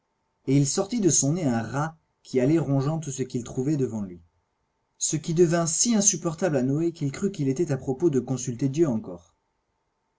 et il sortit de son nez un rat qui alloit rongeant tout ce qui se trouvoit devant lui ce qui devint si insupportable à noé qu'il crut qu'il étoit à propos de consulter dieu encore